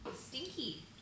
Stinky